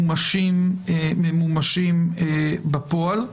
ממומשים בפועל,